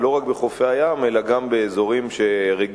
ולא רק בחופי הים אלא גם באזורים רגישים